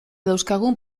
dauzkagun